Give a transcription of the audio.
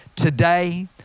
today